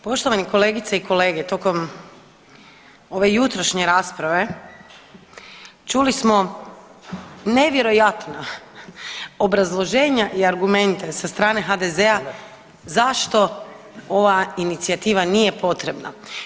Poštovane kolegice i kolege tokom ove jutrošnje rasprave čuli smo nevjerojatna obrazloženja i argumente sa strane HDZ-a zašto ova inicijativa nije potrebna.